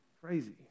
crazy